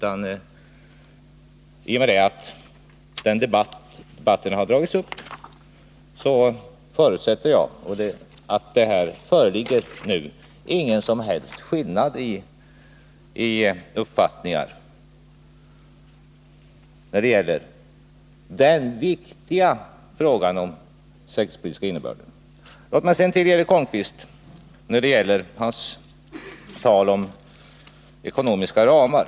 I och med att debatten har dragits upp vill jag betona att här Nr 133 inte föreligger någon som helst skillnad i uppfattningar när det gäller den viktiga frågan om den säkerhetspolitiska innebörden. Eric Holmqvist talar om ekonomiska ramar.